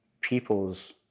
people's